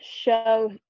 show